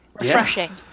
refreshing